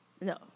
No